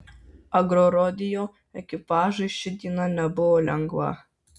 agrorodeo ekipažui ši diena nebuvo lengva